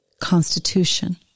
constitution